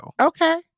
Okay